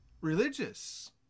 religious